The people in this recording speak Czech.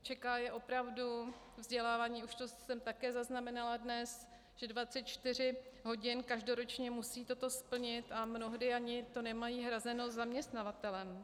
Čeká je opravdu vzdělávání, už to jsem také dnes zaznamenala, že 24 hodin každoročně musí toto splnit a mnohdy ani to nemají hrazeno zaměstnavatelem.